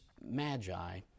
magi